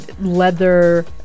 leather